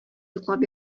йоклап